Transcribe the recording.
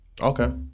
Okay